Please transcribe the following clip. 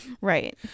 Right